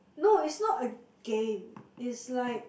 no it's not a game it's like